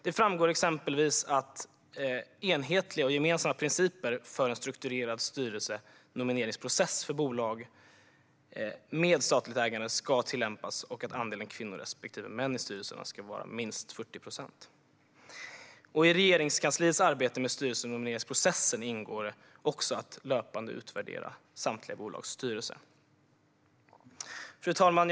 Det framgår exempelvis att enhetliga och gemensamma principer för en strukturerad styrelsenomineringsprocess för bolag med statligt ägande ska tillämpas och att andelen kvinnor respektive män i styrelserna ska vara minst 40 procent. I Regeringskansliets arbete med styrelsenomineringsprocessen ingår också en löpande utvärdering av samtliga bolags styrelser. Fru talman!